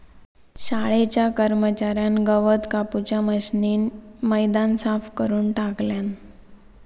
शाळेच्या कर्मच्यार्यान गवत कापूच्या मशीनीन मैदान साफ करून टाकल्यान